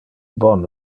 bon